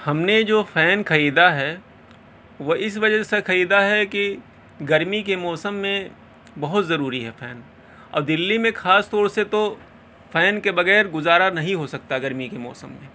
ہم نے جو فین خریدا ہے وہ اس وجہ سے خریدا ہے کہ گرمی کے موسم میں بہت ضروری ہے فین اور دلی میں خاص طور سے تو فین کے بغیر گزارا نہیں ہو سکتا گرمی کے موسم میں